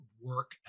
work